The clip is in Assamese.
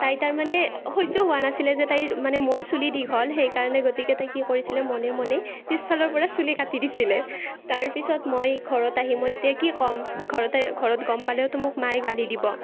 তাইৰ তাৰমানে সহ্য হোৱা নাছিলে যে তাইৰ মানে মোৰ চুলি দীঘল সেইকাৰণে গতিকে তাই কি কৰিছিলে মনে মনে পিছফালৰ পৰা চুলি কাটি দিছিলে তাৰ পিছত মই ঘৰত আহি মই এতিয়া কি কম ঘৰত ঘৰত গম পালেওতো মোক মায়ে গালি দিব